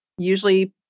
usually